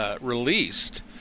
released